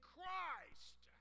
Christ